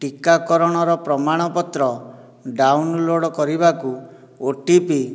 ଟିକାକରଣର ପ୍ରମାଣପତ୍ର ଡାଉନଲୋଡ଼୍ କରିବାକୁ ଓ ଟି ପି